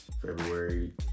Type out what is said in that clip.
February